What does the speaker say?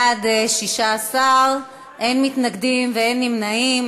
בעד, 16, אין מתנגדים ואין נמנעים.